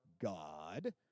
God